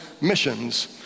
missions